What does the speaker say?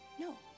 No